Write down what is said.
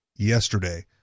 yesterday